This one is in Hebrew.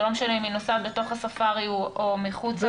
זה לא משנה אם היא נוסעת בתוך הספארי או מחוצה לו.